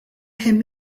him